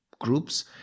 groups